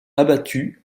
abattus